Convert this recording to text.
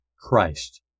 Christ